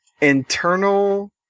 Internal